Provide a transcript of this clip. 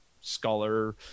scholar